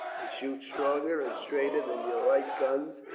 they shoot stronger and straighter than your light guns,